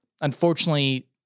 unfortunately